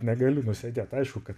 negaliu nusėdėt aišku kad